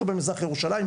לא במזרח ירושלים,